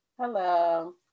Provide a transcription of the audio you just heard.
Hello